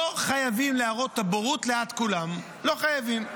לא חייבים להראות בורות ליד כולם, לא חייבים.